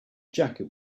jacket